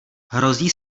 hrozí